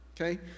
Okay